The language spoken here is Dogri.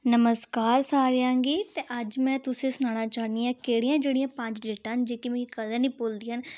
नमस्कार सारें गी ते अज्ज में तुसें गी सनाना चाह्न्नी आं कि केह्ड़ियां जेह्ड़ियां पंज डेटां न जेह्की मी कदें निं भुलदियां न